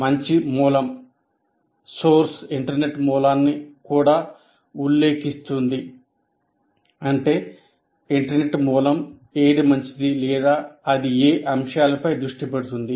మంచి మూలం అంటే ఇంటర్నెట్ మూలం ఏది మంచిది లేదా అది ఏ అంశాలపై దృష్టి పెడుతుంది